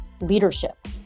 leadership